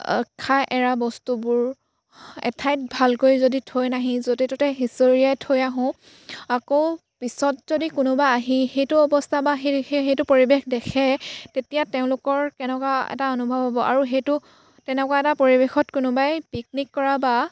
খাই এৰা বস্তুবোৰ এঠাইত ভালকৈ যদি থৈ নাহি য'তে ত'তে সিঁচৰিয়াই থৈ আহোঁ আকৌ পিছত যদি কোনোবা আহি সেইটো অৱস্থা বা সেই সেইটো পৰিৱেশ দেখে তেতিয়া তেওঁলোকৰ কেনেকুৱা এটা অনুভৱ হ'ব আৰু সেইটো তেনেকুৱা এটা পৰিৱেশত কোনোবাই পিকনিক কৰা বা